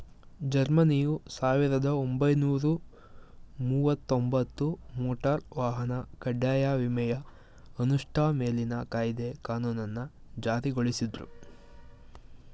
ಜರ್ಮನಿಯು ಸಾವಿರದ ಒಂಬೈನೂರ ಮುವತ್ತಒಂಬತ್ತು ಮೋಟಾರ್ ವಾಹನ ಕಡ್ಡಾಯ ವಿಮೆಯ ಅನುಷ್ಠಾ ಮೇಲಿನ ಕಾಯ್ದೆ ಕಾನೂನನ್ನ ಜಾರಿಗೊಳಿಸುದ್ರು